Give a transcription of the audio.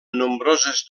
nombroses